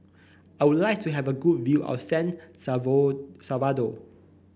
I would like to have a good view of San Salvador